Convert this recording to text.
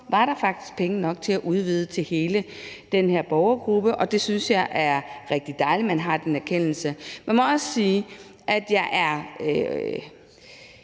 var der faktisk penge nok til at udvide til hele den her borgergruppe. Jeg synes, det er rigtig dejligt, at man har den erkendelse. Men jeg må også sige, at jeg er